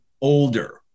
older